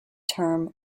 term